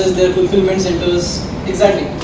their fulfilment centers exactly,